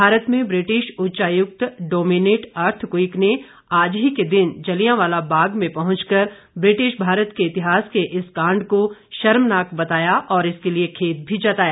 भारत में ब्रिटिश उच्चायुक्त डोमीनिट अर्थक्ईक ने आज ही के दिन जलियावाला बाग में पहुंचकर ब्रिटिश भारत के इतिहास के इस कांड को शर्मनाक बताया और इसके लिए खेद भी जताया